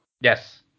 Yes